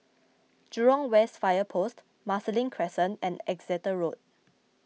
Jurong West Fire Post Marsiling Crescent and Exeter Road